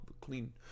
clean